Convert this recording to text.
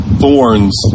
thorns